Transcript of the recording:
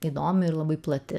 įdomu ir labai plati